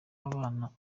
abana